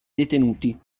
detenuti